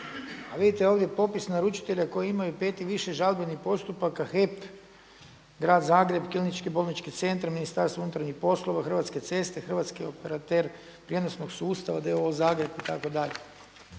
A vidite ovdje popis naručitelja koji imaju 5 i više žalbenih postupaka HEP, Grad Zagreb, KBC, Ministarstvo unutarnjih poslova, Hrvatske ceste, Hrvatski operater prijenosnog sustava d.o.o. Zagreb itd. Dakle,